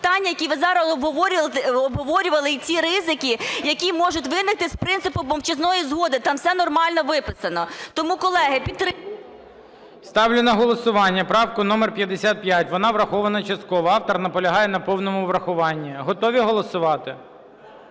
Ставлю на голосування правку номер 55. Вона врахована частково, автор наполягає на повному врахуванні. Готові голосувати?